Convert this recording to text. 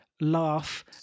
laugh